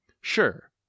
Sure